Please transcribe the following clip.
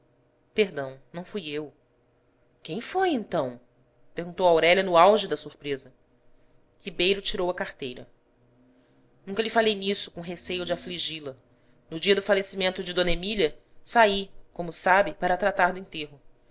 falta perdão não fui eu quem foi então perguntou aurélia no auge da sur presa ribeiro tirou a carteira nunca lhe falei nisso com receio de afligi la no dia do falecimento de d emília saí como sabe para tratar do enterro